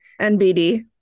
NBD